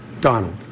Donald